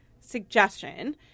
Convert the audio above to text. suggestion